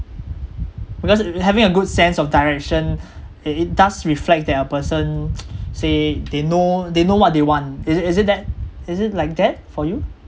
because having a good sense of direction it it does reflect that a person say they know they know what they want is it is it that is it like that for you